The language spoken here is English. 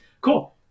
cool